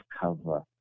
cover